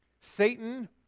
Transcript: Satan